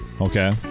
Okay